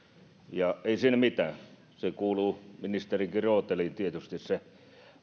ja ei siinä mitään se kuuluu ministerin rooteliin tietysti se